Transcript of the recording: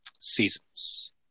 seasons